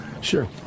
Sure